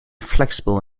flexible